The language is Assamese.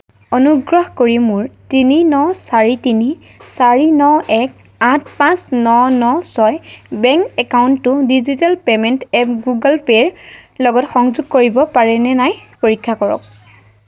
অনুগ্ৰহ কৰি মোৰ তিনি ন চাৰি তিনি চাৰি ন এক আঠ পাঁচ ন ন ছয় বেংক একাউণ্টটো ডিজিটেল পে'মেণ্ট এপ গুগল পে'ৰ লগত সংযোগ কৰিব পাৰিনে নাই পৰীক্ষা কৰক